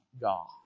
God